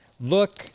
look